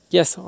Yes